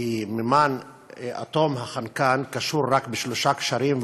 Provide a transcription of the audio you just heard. כי אטום החנקן קשור רק בשלושה קשרים,